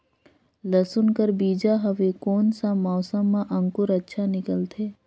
लसुन कर बीजा हवे कोन सा मौसम मां अंकुर अच्छा निकलथे?